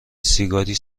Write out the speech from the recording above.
سیگاری